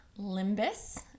Limbus